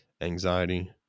anxiety